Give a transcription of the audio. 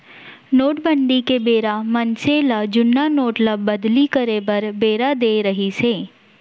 नोटबंदी के बेरा मनसे ल जुन्ना नोट ल बदली करे बर बेरा देय रिहिस हे